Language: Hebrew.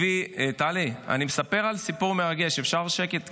הביא, טלי, אני מספר סיפור מרגש, אפשר שקט?